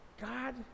God